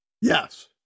Yes